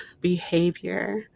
behavior